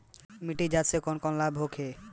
मिट्टी जाँच से कौन कौनलाभ होखे?